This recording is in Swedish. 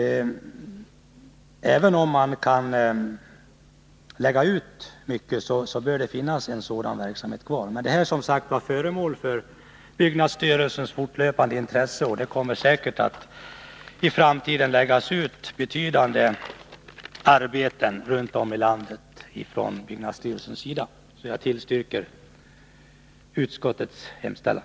Men frågan är som sagt föremål för byggnadsstyrelsens fortlöpande intresse, och man kommer säkerligen att i framtiden lägga ut betydande arbeten runt om i landet. Jag tillstyrker utskottets hemställan.